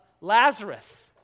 Lazarus